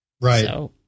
right